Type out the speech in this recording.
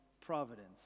providence